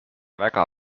väga